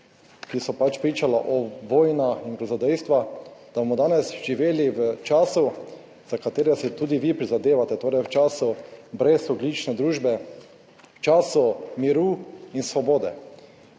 ki so pričala o vojnah in grozodejstva, da bomo danes živeli v času za katere si tudi vi prizadevate, torej v času brezogljične družbe, v času miru in svobode.